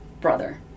brother